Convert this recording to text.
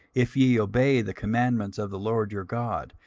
if ye obey the commandments of the lord your god,